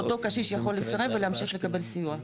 קשיש יכול לסרב ויכול להמשיך לקבל סיוע.